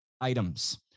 items